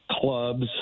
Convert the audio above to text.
clubs